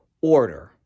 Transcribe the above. order